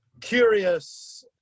curious